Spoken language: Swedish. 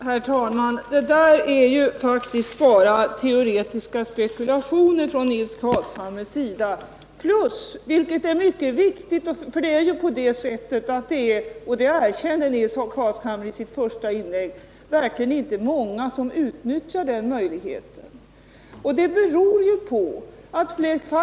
Herr talman! Det där är faktiskt bara teoretiska spekulationer från Nils Carlshamres sida. Det är — det erkände Nils Carlshamre i sitt första inlägg — verkligen inte många som utnyttjar möjligheten till socialbidrag eller skattemässigt existensminimum.